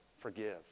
forgive